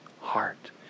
heart